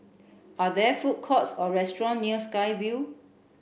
are there food courts or restaurants near Sky Vue